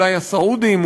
אולי הסעודים,